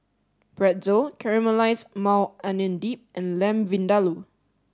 Pretzel Caramelized Maui Onion Dip and Lamb Vindaloo